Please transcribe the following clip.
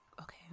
okay